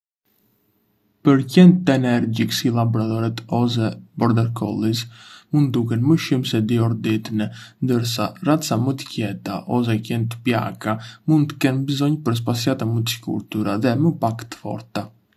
Për qen të energjikë si Labradorët ose Border Collies, mund duken më shumë se dy orë ditë ne, ndërsa racat më të qeta ose qentë të plaka mund të kenë bëzonj për spasjata më të shkurtra dhe më pak të forta.